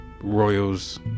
royals